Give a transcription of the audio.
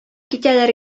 китәләр